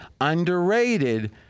underrated